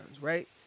right